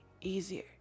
easier